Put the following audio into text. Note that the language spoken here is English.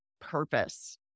purpose